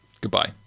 Goodbye